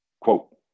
quote